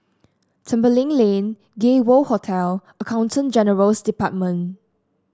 Tembeling Lane Gay World Hotel Accountant General's Department